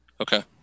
Okay